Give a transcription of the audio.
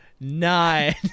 Nine